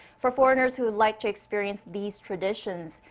for foreigners who'd like to experience these traditions,